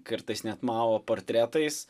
kartais net mao portretais